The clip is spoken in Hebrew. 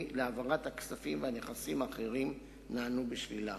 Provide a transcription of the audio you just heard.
להעברת הכספים והנכסים האחרים נענו בשלילה.